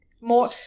more